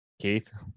Keith